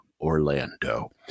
Orlando